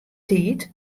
tiid